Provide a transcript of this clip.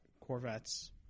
Corvettes